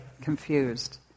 confused